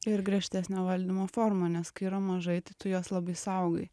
ir griežtesnio valdymo forma nes kai yra mažai tai tu juos labai saugai